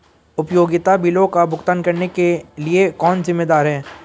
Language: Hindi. उपयोगिता बिलों का भुगतान करने के लिए कौन जिम्मेदार है?